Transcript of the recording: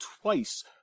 twice